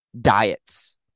diets